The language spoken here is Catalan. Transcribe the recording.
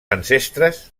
ancestres